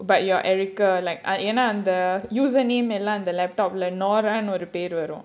but you're erica like ஏனா அந்த:yaenaa andha user name எல்லாம் அந்த:ellaam andha the laptop ஒரு பெரு வரும்:oru peru varum